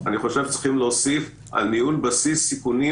לדעתי צריך להוסיף: "על בסיס סיכונים